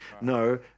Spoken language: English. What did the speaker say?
No